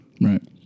Right